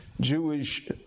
Jewish